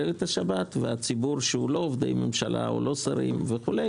את השבת והציבור שאינו עובדי ממשלה או לא שרים וכו',